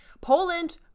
Poland